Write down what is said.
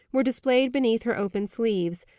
were displayed beneath her open sleeves,